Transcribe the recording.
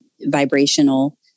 vibrational